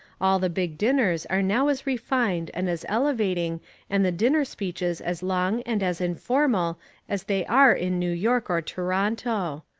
all the big dinners are now as refined and as elevating and the dinner speeches as long and as informal as they are in new york or toronto.